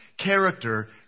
character